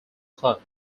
club